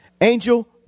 Angel